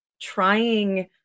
trying